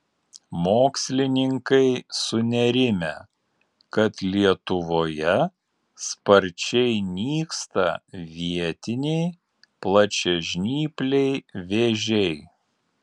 mokslininkai sunerimę kad lietuvoje sparčiai nyksta vietiniai plačiažnypliai vėžiai